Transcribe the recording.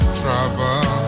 trouble